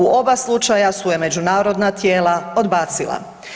U oba slučaja su je međunarodna tijela odbacila.